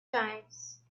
times